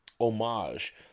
homage